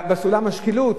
בסולם השקילות?